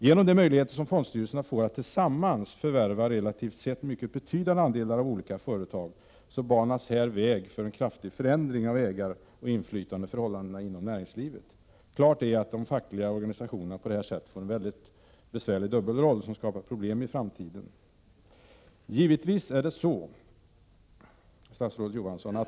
Genom de möjligheter som fondstyrelserna får att tillsammans förvärva relativt sett mycket betydande andelar av olika företag, banas här väg för en kraftig förändring av ägaroch inflytandeförhållandena inom näringslivet. Det är helt klart att de fackliga organisationerna på detta sätt får en mycket besvärlig dubbelroll, som skapar problem i framtiden.